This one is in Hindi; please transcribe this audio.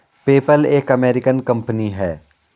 पेपल एक अमेरिकन कंपनी है